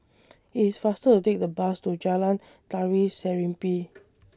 IT IS faster to Take The Bus to Jalan Tari Serimpi